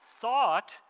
thought